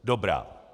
Dobrá.